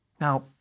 Now